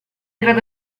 grado